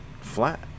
flat